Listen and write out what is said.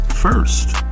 first